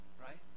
right